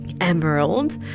emerald